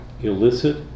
Illicit